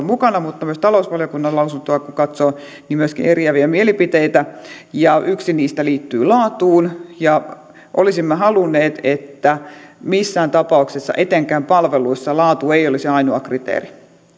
mukana että myös talousvaliokunnan lausuntoa kun katsoo myöskin eriäviä mielipiteitä ja yksi niistä liittyy laatuun olisimme halunneet että missään tapauksessa etenkään palveluissa laatu ei olisi ainoa kriteeri